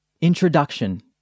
Introduction